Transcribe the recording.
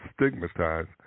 stigmatized